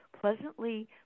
pleasantly